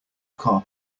car